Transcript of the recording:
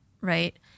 right